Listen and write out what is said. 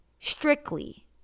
strictly